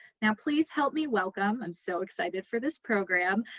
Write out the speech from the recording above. now please help me welcome, i'm so excited for this program,